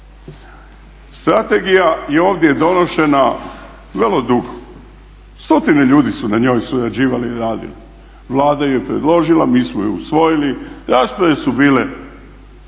Strategija je ovdje donošena vrlo dugo, stotine ljudi su na njoj surađivale i radile. Vlada ju je predložila, mi smo je usvojili, rasprave su bile,